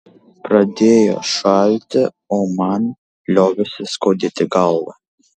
pradėjo šalti o man liovėsi skaudėti galvą